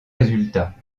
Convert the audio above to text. résultats